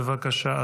בבקשה,